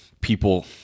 people